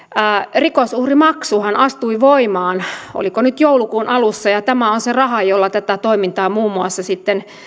rikosuhrimaksuhan astui voimaan oliko nyt joulukuun alussa ja tämä on se raha jolla tätä toimintaa muun muassa sitten